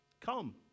Come